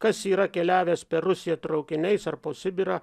kas yra keliavęs per rusiją traukiniais ar po sibirą